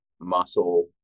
muscle